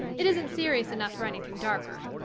it isn't serious enough for anything darker.